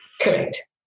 Correct